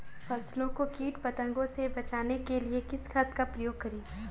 फसलों को कीट पतंगों से बचाने के लिए किस खाद का प्रयोग करें?